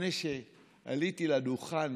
לפני שעליתי לדוכן,